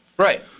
Right